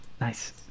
nice